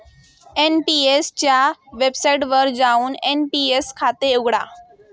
NPS च्या वेबसाइटवर जाऊन एन.पी.एस खाते उघडा